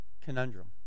conundrum